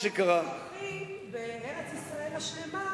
שבארץ-ישראל השלמה,